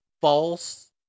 false